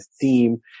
theme